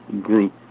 group